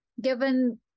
given